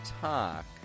talk